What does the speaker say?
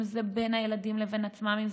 אם זה בין הילדים לבין עצמם,